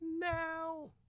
now